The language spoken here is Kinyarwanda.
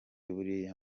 buriya